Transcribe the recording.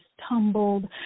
tumbled